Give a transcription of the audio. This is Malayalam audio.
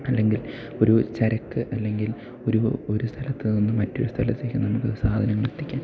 അല്ലെങ്കിൽ ഒരു ചരക്ക് അല്ലെങ്കിൽ ഒരു ഒരു സ്ഥലത്ത് നിന്നും മറ്റൊരു സ്ഥലത്തേക്ക് നമുക്ക് സാധനങ്ങളെത്തിക്കാൻ